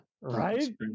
right